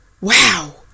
wow